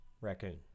Raccoon